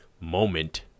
moment